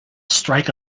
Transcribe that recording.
strike